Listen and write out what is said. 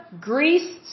Greece